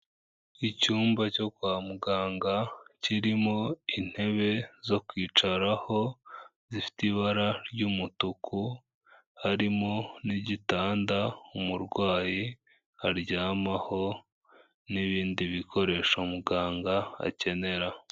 Icyumba cyo kwa muganga kirimo intebe zo kwicaraho, zifite ibara ry'umutuku, harimo n'igitanda umurwayi aryamaho n'ibindi bikoresho muganga akenera.